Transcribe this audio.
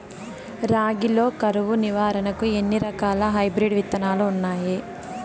రాగి లో కరువు నివారణకు ఎన్ని రకాల హైబ్రిడ్ విత్తనాలు ఉన్నాయి